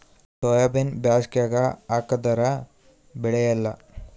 ಸೋಯಾಬಿನ ಬ್ಯಾಸಗ್ಯಾಗ ಹಾಕದರ ಬೆಳಿಯಲ್ಲಾ?